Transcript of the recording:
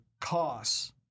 costs